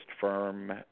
firm